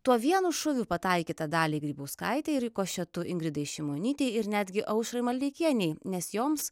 tuo vienu šūviu pataikyta daliai grybauskaitei rikošetu ingridai šimonytei ir netgi aušrai maldeikienei nes joms